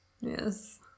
Yes